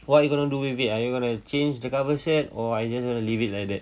what you gonna do with it are you gonna change the cover set or are you just gonna leave it like that